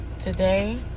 Today